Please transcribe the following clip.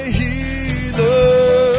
healer